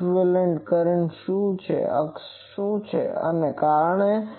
equivalent current શું છે તે અક્ષ છે અને કારણ કે